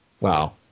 wow